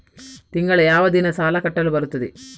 ತಿಂಗಳ ಯಾವ ದಿನ ಸಾಲ ಕಟ್ಟಲು ಬರುತ್ತದೆ?